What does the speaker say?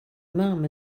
mam